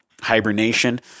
hibernation